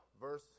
Verse